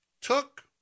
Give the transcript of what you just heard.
took